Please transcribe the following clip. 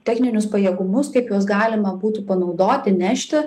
techninius pajėgumus kaip juos galima būtų panaudoti nešti